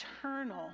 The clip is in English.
eternal